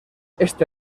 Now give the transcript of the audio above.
este